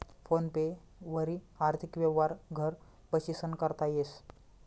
phone पे वरी आर्थिक यवहार घर बशीसन करता येस